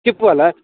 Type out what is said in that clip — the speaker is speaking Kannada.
ಚಿಪ್ಪು ಅಲ್ಲಾ